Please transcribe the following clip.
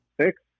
six